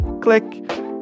click